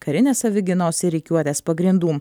karinės savigynos ir rikiuotės pagrindų